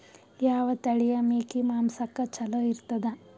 ಯಾವ ತಳಿಯ ಮೇಕಿ ಮಾಂಸಕ್ಕ ಚಲೋ ಇರ್ತದ?